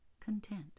content